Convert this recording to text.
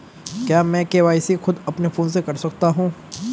क्या मैं के.वाई.सी खुद अपने फोन से कर सकता हूँ?